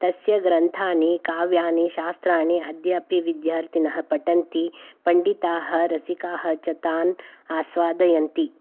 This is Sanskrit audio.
तस्य ग्रन्थानि काव्यानि शास्त्राणि अद्यापि विद्यार्थिनः पठन्ति पण्डिताः रसिकाः च तान् आस्वादयन्ति